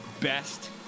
best